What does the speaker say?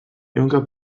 ehunka